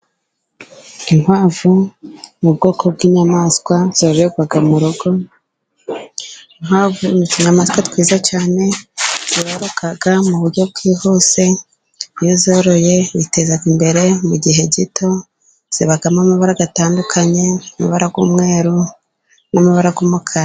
Inkwavu ni ubwoko bw'inyamaswa zororerwa mu rugo. Inkwavu ni utunyamaswa twiza cyane twororoka mu buryo bwihuse, iyo uzoroye witeza imbere mu gihe gito zibamo amabara atandukanye amabara y'umweru, n'amabara y'umukara.